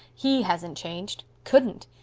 he hasn't changed couldn't!